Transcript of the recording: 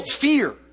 fear